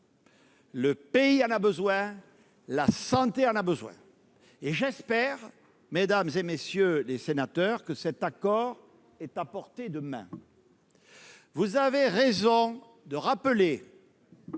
Le pays en a besoin, la santé en a besoin. J'espère, mesdames, messieurs les sénateurs, que cet accord est à portée de main. Vous avez raison de rappeler